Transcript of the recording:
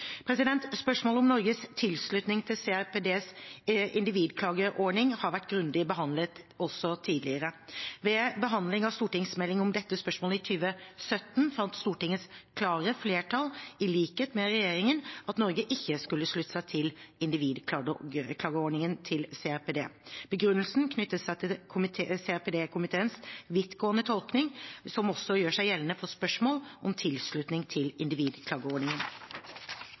Spørsmålet om Norges tilslutning til CRPDs individklageordning har vært grundig behandlet også tidligere. Ved behandlingen av stortingsmeldingen om dette spørsmålet i 2017 fant Stortingets klare flertall, i likhet med regjeringen, at Norge ikke skulle slutte seg til individklageordningen til CRPD. Begrunnelsen knyttet seg til CRPD-komiteens vidtgående tolkning, som også gjør seg gjeldende for spørsmålet om tilslutning til individklageordningen.